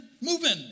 moving